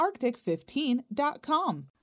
arctic15.com